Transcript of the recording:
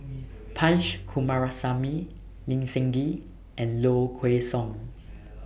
Punch Coomaraswamy Lee Seng Gee and Low Kway Song